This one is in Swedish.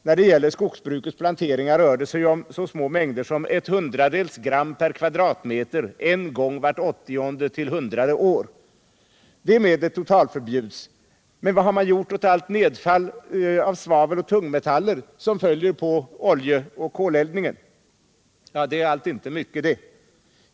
När det gäller skogsbrukets planteringar rör det sig om så små mängder som ett hundradels gram per kvadratmeter en gång vart åttionde till hundrade år. Men vad har man gjort åt allt nedfall av svavel och tungmetaller som följer av oljeoch koleldningen? Det är allt inte mycket det.